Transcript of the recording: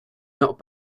not